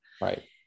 right